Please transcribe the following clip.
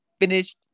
finished